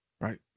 right